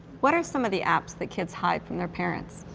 what are some of the apps that kids hide from their parents?